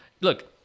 Look